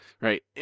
Right